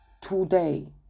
today